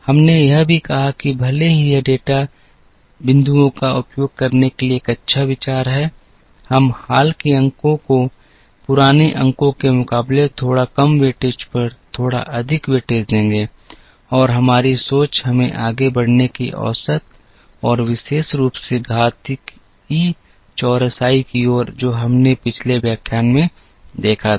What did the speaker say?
हमने यह भी कहा कि भले ही यह सभी डेटा बिंदुओं का उपयोग करने के लिए एक अच्छा विचार है हम हाल के अंकों को पुराने अंकों के मुकाबले थोड़ा कम वेटेज पर थोड़ा अधिक वेटेज देंगे और हमारी सोच हमें आगे बढ़ने की औसत और विशेष रूप से घातीय चौरसाई की ओर जो हमने पिछले व्याख्यान में देखा था